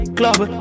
club